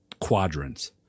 quadrants